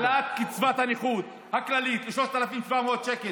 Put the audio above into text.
העלאת קצבת הנכות, אתה שותף לפשע.